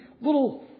little